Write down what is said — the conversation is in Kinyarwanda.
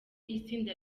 itsinda